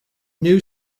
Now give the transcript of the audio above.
new